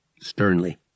Sternly